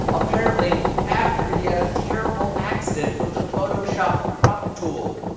apparently after he had a terrible accident with the photoshop crop tool.